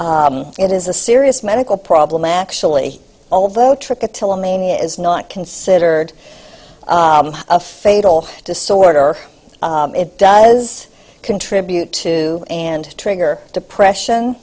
alike it is a serious medical problem actually although trick attilla mania is not considered a fatal disorder it does contribute to and trigger depression